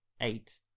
eight